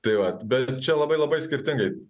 tai vat bet čia labai labai skirtingai